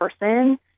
person